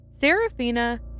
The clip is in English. Serafina